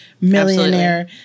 millionaire